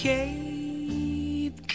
Cape